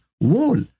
wall